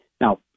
Now